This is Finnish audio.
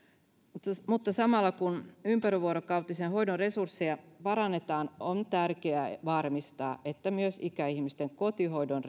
mutta mutta samalla kun ympärivuorokautisen hoidon resursseja parannetaan on tärkeää varmistaa että myös ikäihmisten kotihoidon